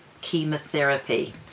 chemotherapy